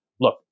look